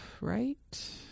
right